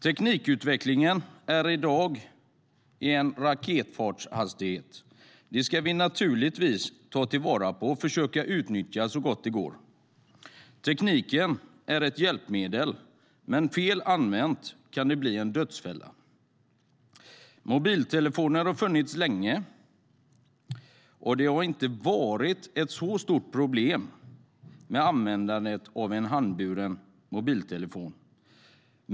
Teknikutvecklingen går i dag i raketfart. Det ska vi naturligtvis ta till vara och försöka utnyttja så gott det går. Tekniken är ett hjälpmedel, men fel använt kan det bli en dödsfälla. Mobiltelefoner har funnits länge, och användandet av handhållen mobiltelefon har inte varit ett stort problem.